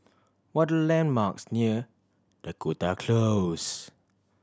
what the landmarks near Dakota Close